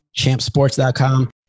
champsports.com